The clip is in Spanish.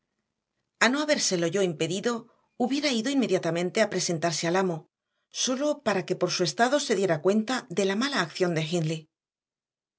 tambaleante a no habérselo yo impedido hubiera ido inmediatamente a presentarse al amo sólo para que por su estado se diera cuenta de la mala acción de